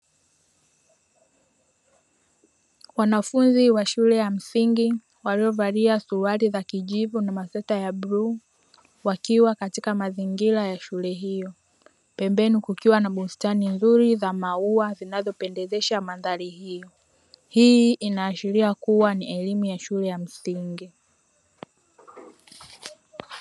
Wanafunzi wa shule ya msingi waliovalia suruali za kijivu na masweta ya bluu wakiwa katika mazingira ya shule hiyo. Pembeni kukiwa na bustani nzuri za maua zinazopendezesha mandhari hii. Hii inaashiria kuwa ni elimu ya msingi.